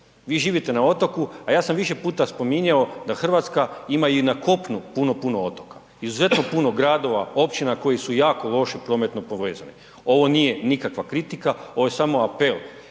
Vi živite na otoku, a ja sam više puta spominjao da RH ima i na kopnu puno, puno otoka, izuzetno puno gradova, općina koji su jako loše prometno povezani, ovo nije nikakva kritika, ovo je samo apel